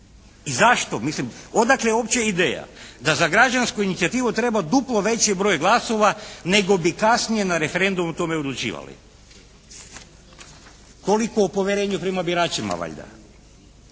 Mislim odakle uopće ideja da za građansku inicijativu treba duplo veći broj glasova nego bi kasnije na referendumu o tome odlučivali? Toliko o povjerenju prema biračima valjda.